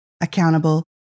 accountable